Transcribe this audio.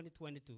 2022